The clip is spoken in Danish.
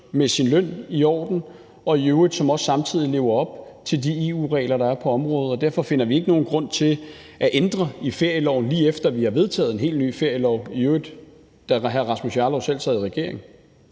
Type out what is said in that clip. med sin løn i orden, og som i øvrigt også samtidig lever op til de EU-regler, der er på området. Derfor finder vi ikke nogen grund til at ændre i ferieloven, lige efter vi har vedtaget en helt ny ferielov, i øvrigt da hr. Rasmus Jarlov selv sad i regering.